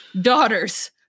daughters